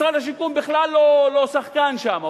משרד השיכון בכלל לא שחקן שם,